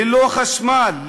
ללא חשמל,